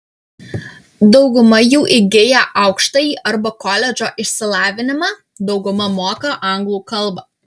dauguma jų įgiję aukštąjį arba koledžo išsilavinimą dauguma moka anglų kalbą